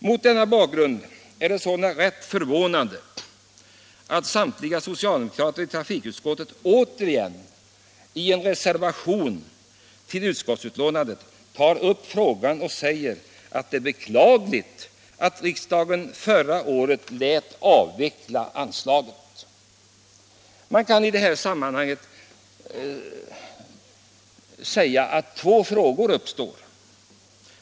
Mot den bakgrunden är det sålunda rätt förvånande att samtliga socialdemokrater i trafikutskottet återigen i en reservation till utskottsbetänkandet tar upp frågan och säger att det är beklagligt att riksdagen förra året lät avveckla anslaget. Man kan säga att det i det här sammanhanget uppstår två frågor.